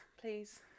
please